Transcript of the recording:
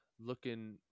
looking